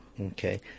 Okay